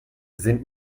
sind